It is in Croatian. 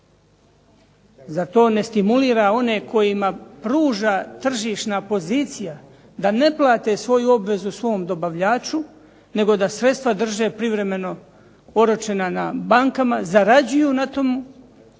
za to ne stimulira one kojima pruža tržišna pozicija da ne plate svoju obvezu svom dostavljaču, nego da sredstva drže privremeno oročena na bankama, zarađuju na tome